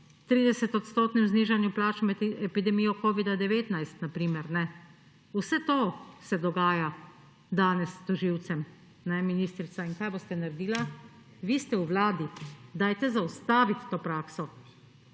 30-odstotninem znižanju plač med epidemijo covida-19 na primer, vse to se dogaja danes tožilcem, ministrica. In kaj boste naredili? Vi ste v Vladi, zaustavite to prakso.